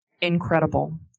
Incredible